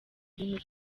ibintu